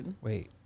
Wait